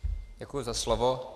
Děkuji za slovo.